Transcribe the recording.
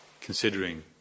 considering